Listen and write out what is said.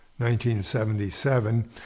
1977